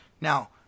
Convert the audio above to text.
Now